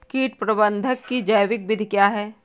कीट प्रबंधक की जैविक विधि क्या है?